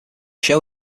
show